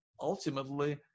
ultimately